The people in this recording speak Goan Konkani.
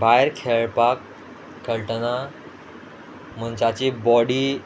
भायर खेळपाक खेळटना मनशाची बॉडी